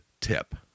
tip